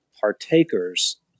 partakers